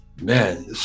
man